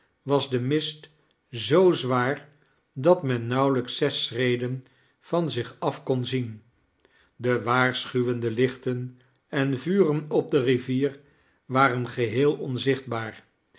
was de mist zoo zwaar dat men nauwelijks zes schreden van zich af kon zien de waarschuwende lichten en vuren op de rivier waren geheel onzichtbaar